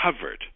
covered